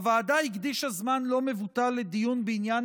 הוועדה הקדישה זמן לא מבוטל לדיון בעניין